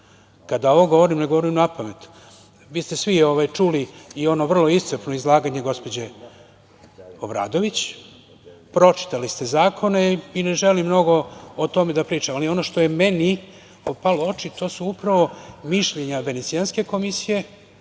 Kada ovo govorim, ne govorim napamet. Vi ste svi čuli i ono vrlo iscrpno izlaganje gospođe Obradović, pročitali ste zakone i ne želim mnogo o tome da pričam, ali ono što je meni upalo u oči, to su upravo mišljenja Venecijanske komisije